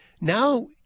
Now